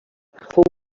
fou